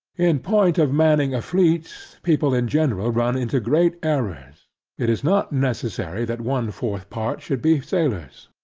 in point of manning a fleet, people in general run into great errors it is not necessary that one fourth part should be sailor.